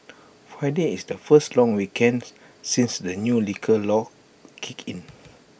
Friday is the first long weekend since the new liquor laws kicked in